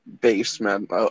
basement